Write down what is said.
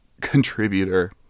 contributor